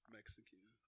Mexican